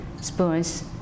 spoons